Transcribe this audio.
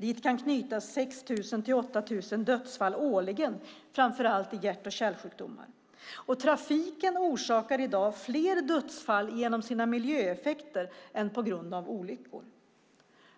Dit kan knytas 6 000-8 000 dödsfall årligen, framför allt i hjärt och lungsjukdomar. Och trafiken orsakar i dag fler dödsfall genom sina miljöeffekter än på grund av olyckor.